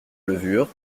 levure